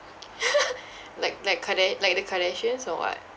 like like karda~ like the kardashians or what